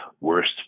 worst